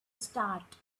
start